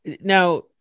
now